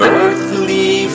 earthly